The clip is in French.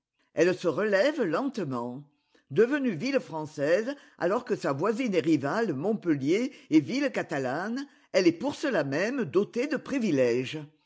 elle se relève lentement devenue ville française alors que sa voisine et rivale montpellier est ville catalane elle est pour cela même dotée de privilèges